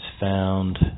found